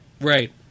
Right